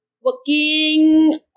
working